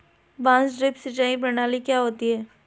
बांस ड्रिप सिंचाई प्रणाली क्या होती है?